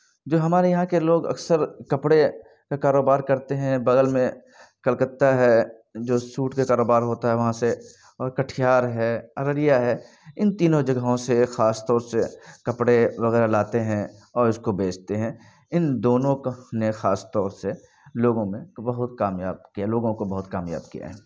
جو ہمارے یہاں کے لوگ اکثر کپڑے کا کاروبار کرتے ہیں بغل میں کلکتہ ہے جو سوٹ کا کاروبار ہوتا ہے وہاں سے اور کٹیہار ہے ارریہ ہے ان تینوں جگہوں سے خاص طور سے کپڑے وغیرہ لاتے ہیں اور اس کو بیچتے ہیں ان دونوں کا نے خاص طور سے لوگوں میں بہت کامیاب کیا ہے لوگوں کو بہت کامیاب کیا ہے